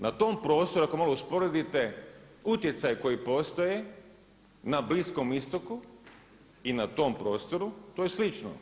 Na tom prostoru ako malo usporedite utjecaj koji postoje na Bliskom Istoku i na tom prostoru to je slično.